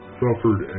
suffered